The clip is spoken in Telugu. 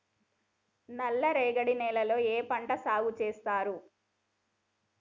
నల్లరేగడి నేలల్లో ఏ పంట సాగు చేస్తారు?